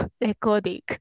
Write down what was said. recording